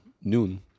noon